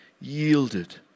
yielded